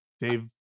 Dave